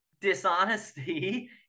dishonesty